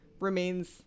remains